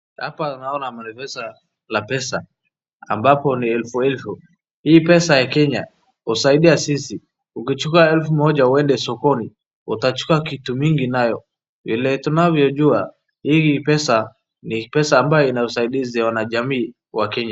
Hapa unaona mapesa la pesa ambapo ni elfu elfu. Hii pesa ya Kenya husaidia sisi ,ukichukua elfu moja uende sokoni utachukua kitu mingi nayo vile tunavyojua hii pesa ni pesa ambayo usaidizi ya wanajamii wa Kenya.